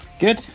Good